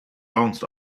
bounced